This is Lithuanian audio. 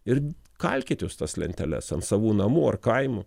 ir kalkit jūs tas lenteles ant savų namų ar kaimų